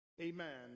amen